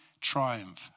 triumph